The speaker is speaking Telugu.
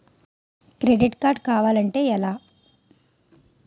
క్రెడిట్ కార్డ్ కావాలి అంటే ఎలా?